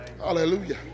Hallelujah